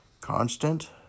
constant